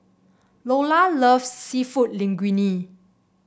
Loula loves seafood Linguine